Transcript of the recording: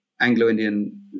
Anglo-Indian